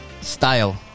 style